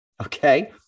Okay